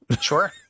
sure